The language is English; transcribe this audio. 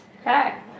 Okay